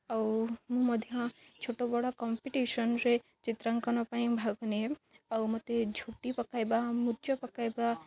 ଆଉ ମୁଁ ମଧ୍ୟ ଛୋଟ ବଡ଼ କମ୍ପିଟିସନ୍ରେ ଚିତ୍ରାଙ୍କନ ପାଇଁ ଭାଗ ନିଏ ଆଉ ମୋତେ ଝୋଟି ପକାଇବା ମୁରୁଜ ପକାଇବା